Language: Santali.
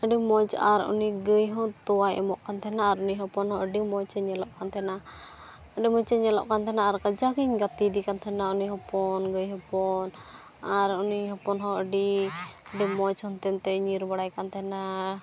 ᱟᱹᱰᱤ ᱢᱚᱡᱽ ᱟᱨ ᱩᱱᱤ ᱜᱟᱹᱭ ᱦᱚᱸ ᱛᱚᱣᱟᱭ ᱮᱢᱚᱜ ᱠᱟᱱ ᱛᱟᱦᱮᱱᱟ ᱟᱨ ᱩᱱᱤ ᱦᱚᱯᱚᱱ ᱦᱚᱸ ᱟᱹᱰᱤ ᱢᱚᱡᱽ ᱮ ᱧᱮᱞᱚᱜ ᱠᱟᱱ ᱛᱟᱦᱮᱱᱟ ᱟᱹᱰᱤ ᱢᱚᱡᱽ ᱮ ᱧᱮᱞᱚᱜ ᱠᱟᱱ ᱛᱟᱦᱮᱱᱟ ᱟᱨ ᱠᱟᱡᱟᱠ ᱤᱧ ᱜᱟᱛᱮᱭᱮᱫᱮ ᱠᱟᱱ ᱛᱟᱦᱮᱱᱟ ᱩᱱᱤ ᱦᱚᱯᱚᱱ ᱜᱟᱹᱭ ᱦᱚᱯᱚᱱ ᱟᱨ ᱩᱱᱤ ᱦᱚᱯᱚᱱ ᱦᱚᱸ ᱟᱹᱰᱤ ᱟᱹᱰᱤ ᱢᱚᱡᱽ ᱦᱟᱱᱛᱮ ᱱᱟᱛᱮᱭ ᱧᱤᱨ ᱵᱟᱲᱟᱭ ᱠᱟᱱ ᱛᱟᱦᱮᱱᱟ